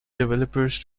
developers